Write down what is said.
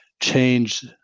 change